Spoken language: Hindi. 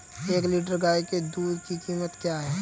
एक लीटर गाय के दूध की कीमत क्या है?